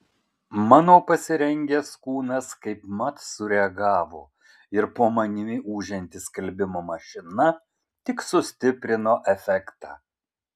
mano pasirengęs kūnas kaip mat sureagavo ir po manimi ūžianti skalbimo mašina tik sustiprino efektą